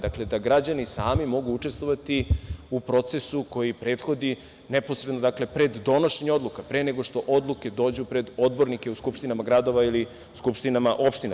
Dakle, da građani sami mogu učestvovati u procesu koji prethodi neposredno pre donošenja odluka, pre nego što odluke dođu pred odbornike u skupštinama gradova ili skupštinama opština.